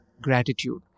gratitude